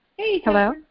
Hello